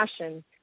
passion